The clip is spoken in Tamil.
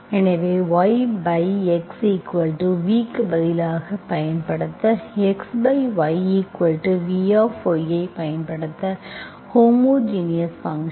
எனவே yx vக்கு பதிலாக பயன்படுத்த xyv ஐப் பயன்படுத்த ஹோமோஜினியஸ் ஃபங்க்ஷன்